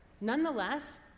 Nonetheless